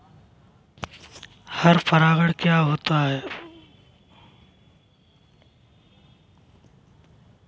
पर परागण क्या होता है?